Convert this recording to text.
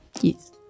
Yes